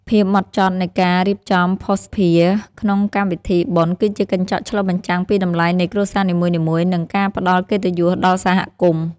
ភាពហ្មត់ចត់នៃការរៀបចំភស្តុភារក្នុងកម្មវិធីបុណ្យគឺជាកញ្ចក់ឆ្លុះបញ្ចាំងពីតម្លៃនៃគ្រួសារនីមួយៗ និង ការផ្តល់កិត្តិយសដល់សហគមន៍។